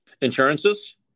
Insurances